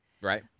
Right